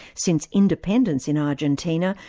since independence in argentina,